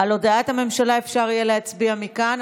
על הודעת הממשלה אפשר יהיה להצביע מכאן.